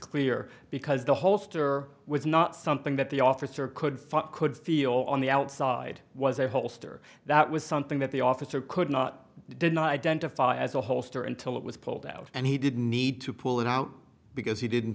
clear because the holster was not something that the officer could could feel on the outside was a holster that was something that the officer could not did not identify as a holster until it was pulled out and he didn't need to pull it out because he didn't